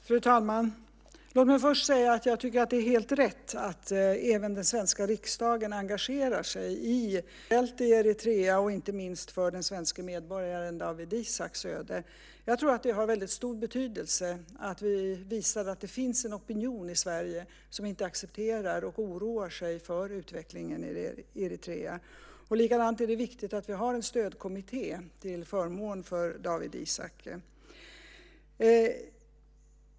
Fru talman! Låt mig först säga att jag tycker att det är helt rätt att även den svenska riksdagen engagerar sig i situationen generellt i Eritrea, och inte minst för den svenska medborgaren Dawit Isaaks öde. Jag tror att det har stor betydelse att vi visar att det finns en opinion i Sverige som inte accepterar utvecklingen i Eritrea och som oroar sig för den. Likaså är det viktigt att vi har en stödkommitté till förmån för Dawit Isaak.